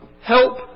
help